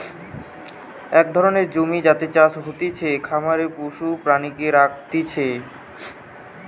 এক ধরণের জমি যাতে চাষ হতিছে, খামারে পশু প্রাণীকে রাখতিছে